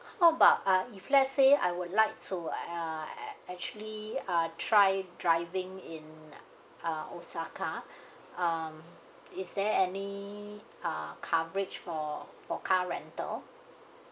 how about uh if let's say I would like to uh actually uh try driving in uh osaka um is there any uh coverage for for car rental